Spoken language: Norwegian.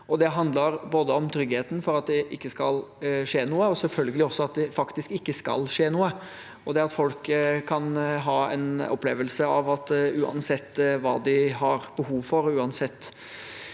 Det handler både om tryggheten for at det ikke skal skje noe, og selvfølge lig også om at det faktisk ikke skal skje noe. Det at folk kan ha en opplevelse av at uansett hva de har behov for, uansett